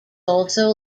also